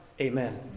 Amen